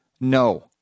no